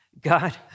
God